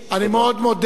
אני מאוד מודה,